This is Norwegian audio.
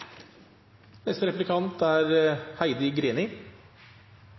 Neste replikant er